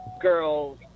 girls